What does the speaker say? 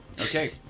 Okay